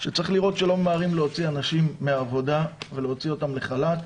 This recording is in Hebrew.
שצריך לראות שלא ממהרים להוציא אנשים מעבודה ולהוציא אותם לחל"ת.